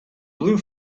blue